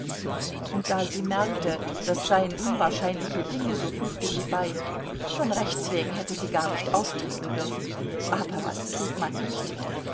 und da sie merkte das seien unwahrscheinliche dinge so fügte sie bei von rechts wegen hätte sie gar nicht auftreten dürfen aber was tut man nicht